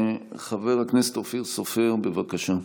חבר הכנסת אופיר סופר, בבקשה.